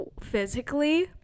physically